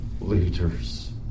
leaders